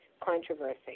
controversy